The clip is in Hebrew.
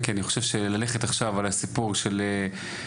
כי אני חושב שללכת עכשיו על הסיפור של ארצי.